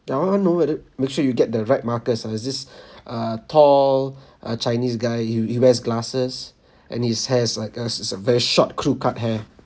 I want know whether make sure you get the right marcus ah is this uh tall a chinese guy he he wears glasses and his hair's like uh is a very short crew cut hair